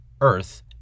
earth